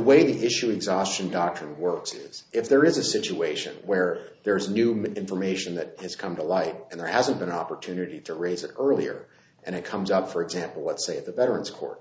weight issue exhaustion doctor works is if there is a situation where there's newman information that has come to light and there hasn't been an opportunity to raise it earlier and it comes out for example let's say the veterans court